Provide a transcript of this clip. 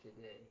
today